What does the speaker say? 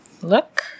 look